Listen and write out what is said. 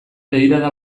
begirada